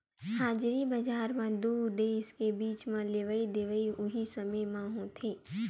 हाजिरी बजार म दू देस के बीच म लेवई देवई उहीं समे म होथे